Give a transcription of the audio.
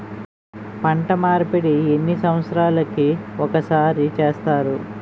పంట మార్పిడి ఎన్ని సంవత్సరాలకి ఒక్కసారి చేస్తారు?